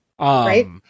Right